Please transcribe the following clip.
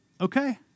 okay